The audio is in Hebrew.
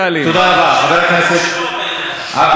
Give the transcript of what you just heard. חבר הכנסת עבד אל חכים חאג'